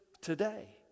today